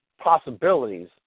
possibilities